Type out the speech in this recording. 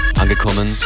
angekommen